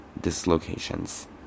dislocations